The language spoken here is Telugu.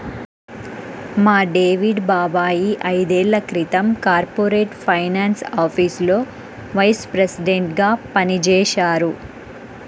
మా డేవిడ్ బాబాయ్ ఐదేళ్ళ క్రితం కార్పొరేట్ ఫైనాన్స్ ఆఫీసులో వైస్ ప్రెసిడెంట్గా పనిజేశారు